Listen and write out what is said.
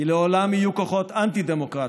כי לעולם יהיו כוחות אנטי-דמוקרטיים,